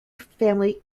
family